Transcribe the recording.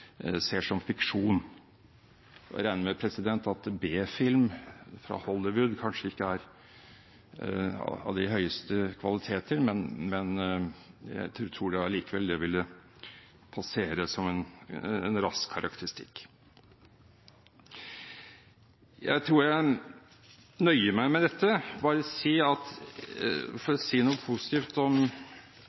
ser som fiksjon. Jeg regner med at B-film fra Hollywood kanskje ikke er av de høyeste kvaliteter, men jeg tror allikevel det vil passere som en rask karakteristikk. Jeg tror jeg nøyer meg med dette. Jeg vil bare si, for å si noe positivt: